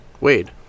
Wade